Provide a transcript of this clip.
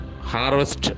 harvest